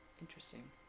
Interesting